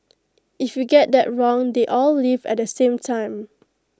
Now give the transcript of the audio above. if you get that wrong they all leave at the same time